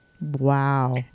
wow